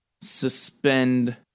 suspend